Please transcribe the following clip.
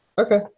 Okay